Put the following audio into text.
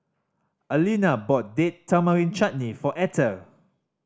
Alina bought Date Tamarind Chutney for Etter